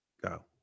Go